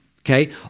Okay